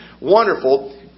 wonderful